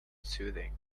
soothing